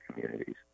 communities